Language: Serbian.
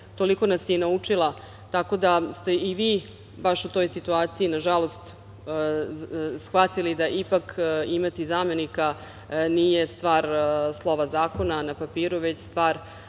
toliko nas je naučila, tako da ste i vi baš u toj situaciji na žalost shvatili da ipak imati zamenika nije stvar slova zakona na papiru, već stvar